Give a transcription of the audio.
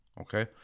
Okay